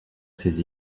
ces